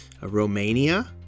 romania